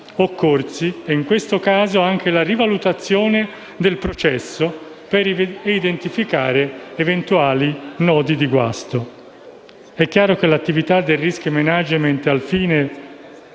occorsi e, in questo caso, anche la rivalutazione del processo per identificare eventuali nodi di guasto. È chiaro che le attività del *risk management*, al fine